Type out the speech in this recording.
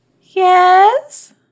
Yes